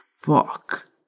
fuck